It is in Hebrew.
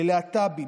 ללהט"בים.